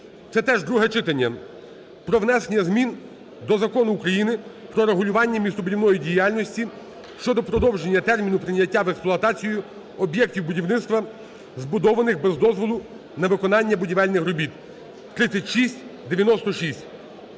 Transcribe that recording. (це теж друге читання) про внесення змін до Закону України "Про регулювання містобудівної діяльності" щодо продовження терміну прийняття в експлуатацію об'єктів будівництва, збудованих без дозволу на виконання будівельних робіт (3696).